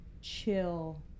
chill